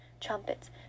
trumpets